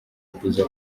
kuza